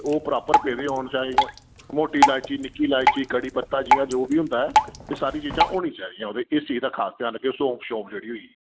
ते ओह् प्रापर पेदे होन चाहें इ यां मोटी इलायची निक्की इलायची कढ़ी पत्ता जियां जो बी होंदा ऐ एह् सारी चीजां होनी चाहिदियां ओह्दे च इस चीज दा खास ध्यान रक्खेओ सौंफ सूफं जेह्ड़ी होई गेई